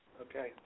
Okay